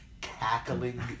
cackling